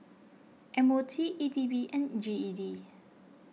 M O T E D B and G E D